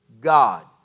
God